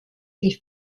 wie